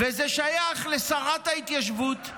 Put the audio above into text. וזה שייך לשרת ההתיישבות,